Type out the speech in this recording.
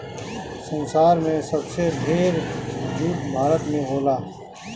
संसार में सबसे ढेर जूट भारत में होला